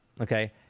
Okay